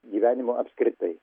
gyvenimu apskritai